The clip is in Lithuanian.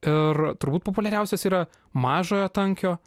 ir turbūt populiariausias yra mažojo tankio